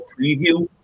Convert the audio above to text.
preview